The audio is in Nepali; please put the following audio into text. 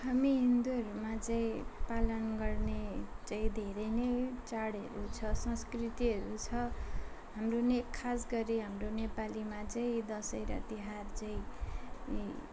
हामी हिन्दूहरूमा चाहिँ पालन गर्ने चै धेरै नै चाडहरू छ संस्कृतिहरू छ हाम्रो ने खासगरि हाम्रो नेपालीमा चाहिँ दसैँ र तिहार चाहिँ